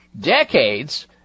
decades